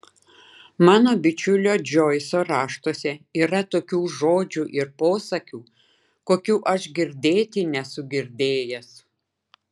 mano bičiulio džoiso raštuose yra tokių žodžių ir posakių kokių aš girdėti nesu girdėjęs